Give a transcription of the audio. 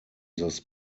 this